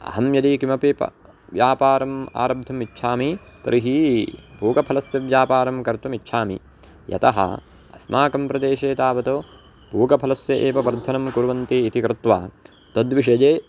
अहं यदि किमपि प व्यापारम् आरब्धुमिच्छामि तर्हि पूगफलस्य व्यापारं कर्तुम् इच्छामि यतः अस्माकं प्रदेशे तावत् पूगफलस्य एव वर्धनं कुर्वन्ति इति कृत्वा तद्विषये